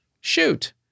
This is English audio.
shoot